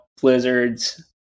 blizzards